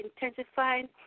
intensifying